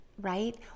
right